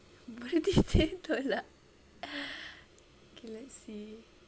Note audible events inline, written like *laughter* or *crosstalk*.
bertitik tolak *laughs* okay let's see